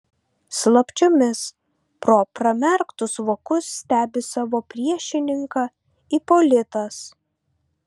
slapčiomis pro pramerktus vokus stebi savo priešininką ipolitas